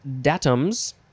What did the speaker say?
datums